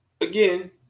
Again